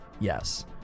Yes